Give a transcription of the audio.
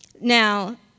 Now